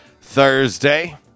Thursday